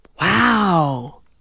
wow